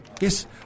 Yes